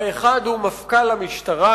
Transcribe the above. האחד הוא מפכ"ל המשטרה,